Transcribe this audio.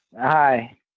hi